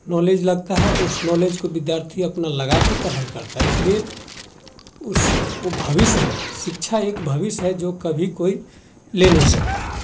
knowledge लगता है उस नॉलेज को विद्यार्थी अपना लगा के पढ़ाई करता है इसलिए उस उ भविष्य है शिक्षा एक भविष्य जो कभी कोई ले नहीं सकता है